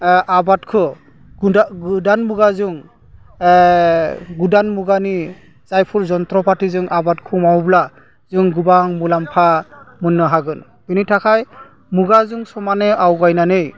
आबादखौ गोदान मुगाजों गोदान मुगानि जायफोर जन्थ्रफाथिजों आबादखौ मावोब्ला जों गोबां मुलाम्फा मोन्नो हागोन बेनि थाखाय मुगाजों समानै आवगायनानै